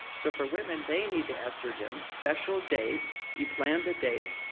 so for women they need the estrogen, special date. you plan the date,